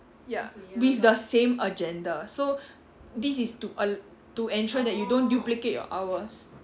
ya with the same agenda so this is to err to ensure that you don't duplicate your hours